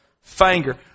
Finger